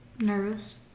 Nervous